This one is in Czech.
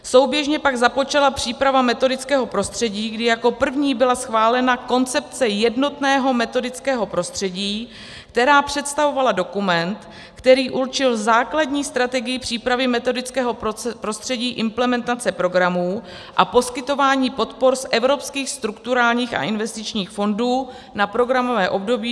Souběžně pak započala příprava metodického prostředí, kdy jako první byla schválena koncepce jednotného metodického prostředí, která představovala dokument, který určil základní strategii přípravy metodického prostředí implementace programů a poskytování podpor z evropských strukturálních a investičních fondů na programové období 2014 až 2020.